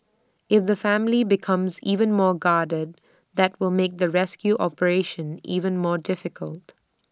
if the family becomes even more guarded that will make the rescue operation even more difficult